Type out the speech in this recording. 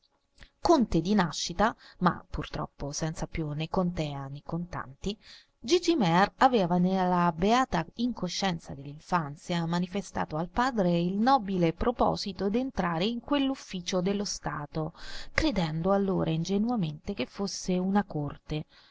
conte di nascita ma purtroppo senza più né contea né contanti gigi mear aveva nella beata incoscienza dell'infanzia manifestato al padre il nobile proposito d'entrare in quell'ufficio dello stato credendo allora ingenuamente che fosse una corte